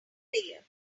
player